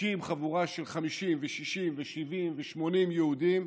פוגשים חבורה של 50 ו-60 ו-70 ו-80 יהודים,